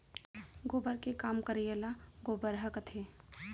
गोबर के काम करइया ल गोबरहा कथें